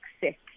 sick